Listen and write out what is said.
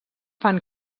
fan